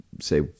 say